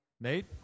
Nate